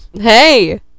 Hey